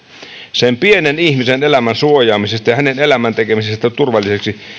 sen pienen ihmisen elämän suojaamisesta ja hänen elämänsä tekemisestä turvalliseksi